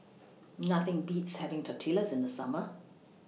Nothing Beats having Tortillas in The Summer